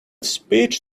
speech